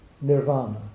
nirvana